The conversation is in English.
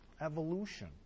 evolution